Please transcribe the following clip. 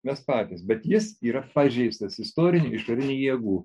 mes patys bet jis yra pažeistas istorinių išorinių jėgų